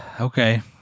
Okay